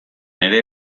ere